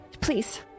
please